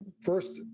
first